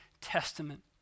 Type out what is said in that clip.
Testament